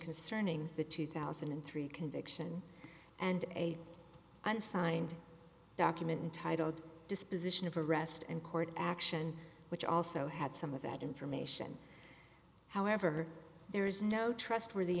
concerning the two thousand and three conviction and a unsigned document entitled disposition of arrest and court action which also had some of that information however there is no trustworthy